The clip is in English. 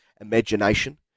imagination